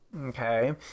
okay